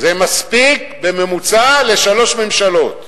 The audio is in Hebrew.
זה מספיק, בממוצע, לשלוש ממשלות.